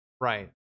Right